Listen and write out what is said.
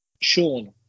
Sean